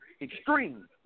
extreme